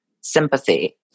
sympathy